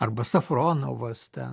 arba safronovas ten